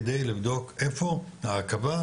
כדי לבדוק איפה העכבה,